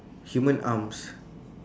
human arms